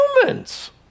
Humans